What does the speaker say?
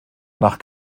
nach